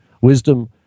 wisdom